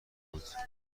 بود